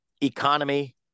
economy